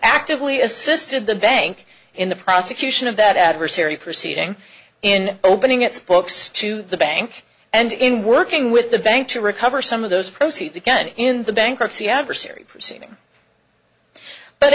actively assisted the bank in the prosecution of that adversary proceeding in opening its books to the bank and in working with the bank to recover some of those proceeds again in the bankruptcy adversary proceeding but